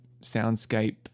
soundscape